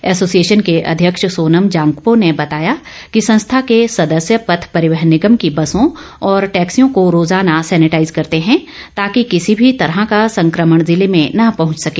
ऐसोसिए ान के अध्यक्ष सोनम जांगपो ने कहा कि संस्था के सदस्य पथ परिवहन निगम की बसों और टैक्सियों को रोज़ाना सैनेटाईज करते हैं ताकि किसी भी तरह का संकमण जिले में न पहुंच सके